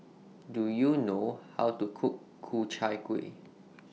Do YOU know How to Cook Ku Chai Kuih